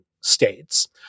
states